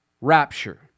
rapture